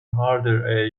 harder